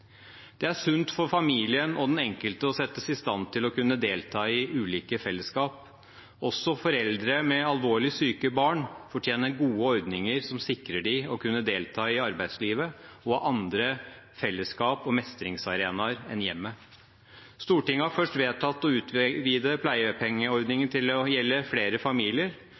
Det er sunt for familien og den enkelte å settes i stand til å kunne delta i ulike fellesskap. Også foreldre med alvorlig syke barn fortjener gode ordninger som sikrer dem å kunne delta i arbeidslivet, i andre fellesskap og på andre mestringsarenaer enn i hjemmet. Stortinget har først vedtatt å utvide pleiepengeordningen til å gjelde flere familier,